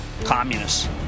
Communists